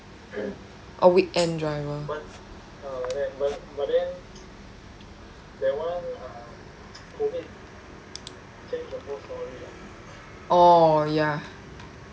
oh weekend driver oh ya